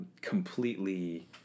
completely